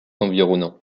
environnants